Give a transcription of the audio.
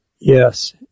Yes